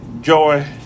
Joy